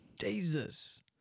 Jesus